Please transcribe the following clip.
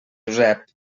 josep